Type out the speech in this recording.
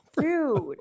Dude